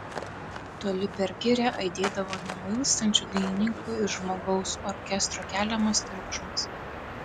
toli per girią aidėdavo nenuilstančių dainininkų ir žmogaus orkestro keliamas triukšmas